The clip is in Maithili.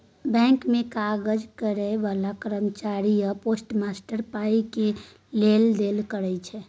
बैंक मे काज करय बला कर्मचारी या पोस्टमास्टर पाइ केर लेब देब करय छै